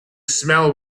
smell